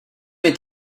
est